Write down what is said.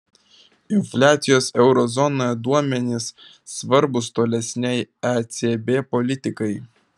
infliacijos euro zonoje duomenys svarbūs tolesnei ecb politikai